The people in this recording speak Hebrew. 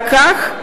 רק כך,